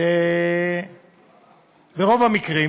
שברוב המקרים